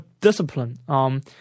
discipline